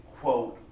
quote